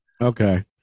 Okay